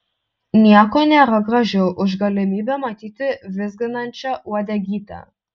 nieko nėra gražiau už galimybę matyti vizginančią uodegytę